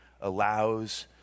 allows